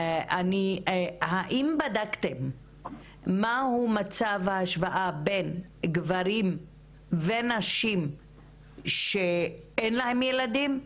האם בדקתם מהו מצב ההשוואה בין גברים ונשים שאין להם ילדים?